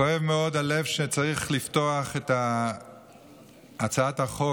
כואב מאוד הלב שצריך לפתוח את הצעת החוק,